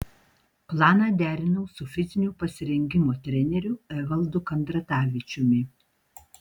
planą derinau su fizinio pasirengimo treneriu evaldu kandratavičiumi